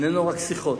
איננו רק שיחות.